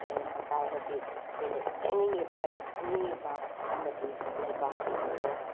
ꯂꯩꯔꯝꯕ ꯇꯥꯔꯒꯗꯤ ꯑꯩꯅ ꯆꯪꯅꯤꯡꯏꯕ ꯑꯩꯅ ꯈꯪꯅꯤꯡꯏꯕ ꯑꯃꯗꯤ ꯂꯩꯕꯥꯛꯀꯤ ꯑꯣꯏꯔꯣ